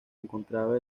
encontraba